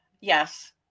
Yes